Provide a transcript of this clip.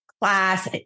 class